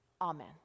Amen